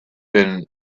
been